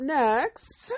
next